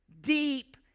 deep